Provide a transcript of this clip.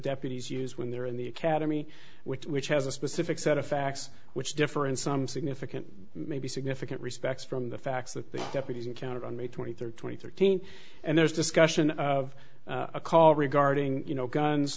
deputies use when they're in the academy which has a specific set of facts which differ in some significant maybe significant respects from the facts that the deputies encountered on may twenty third twenty thirteen and there's discussion of a call regarding you know guns